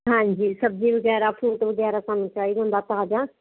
ਹਾਂਜੀ ਸਬਜ਼ੀ ਵਗੈਰਾ ਫਰੂਟ ਵਗੈਰਾ ਸਾਨੂੰ ਚਾਹੀਦਾ ਹੁੰਦਾ ਤਾਜ਼ਾ